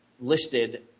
listed